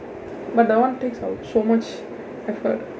but that one takes out so much effort